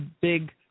big